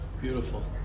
Beautiful